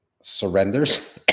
surrenders